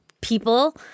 people